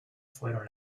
fueron